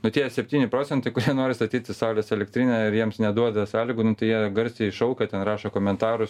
nu tie septyni procentai kurie nori statyti saulės elektrinę ir jiems neduoda sąlygų nu tai jie garsiai šaukia ten rašo komentarus